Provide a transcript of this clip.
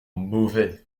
mauvais